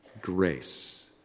grace